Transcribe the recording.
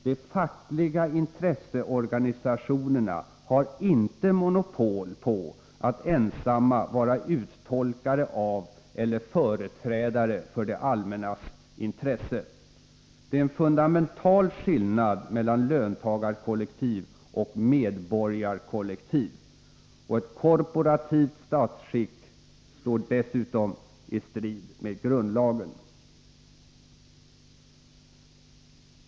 De fackliga intresseorganisationerna har inte monopol på att ensamma vara uttolkare av eller företrädare för det allmännas intresse. Det är en fundamental skillnad mellan löntagarkollektiv och medborgarkollektiv. Och ett korporativt statsskick står dessutom i strid med grundlagen.